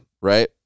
right